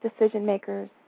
decision-makers